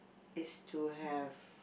is to have